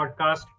Podcast